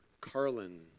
Carlin